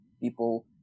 people